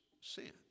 sin